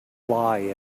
lie